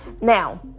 Now